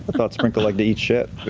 thought sprinkle liked to eat shit.